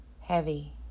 heavy